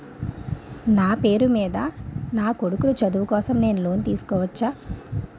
నా పేరు మీద నా కొడుకు చదువు కోసం నేను లోన్ తీసుకోవచ్చా?